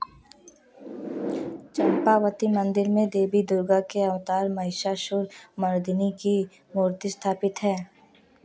चंपावती मंदिर में देवी दुर्गा के अवतार महिषासुर मर्दिनी की मूर्ति स्थापित है